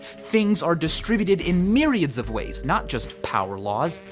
things are distributed in myriad of ways, not just power laws.